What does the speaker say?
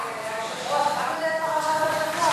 היושב-ראש, קראת את פרשת השבוע?